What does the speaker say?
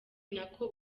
nako